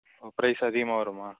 ஓ price அதிகமாக வருமா